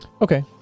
Okay